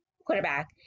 quarterback